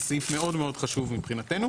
זה סעיף מאוד מאוד חשוב מבחינתנו.